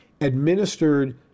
administered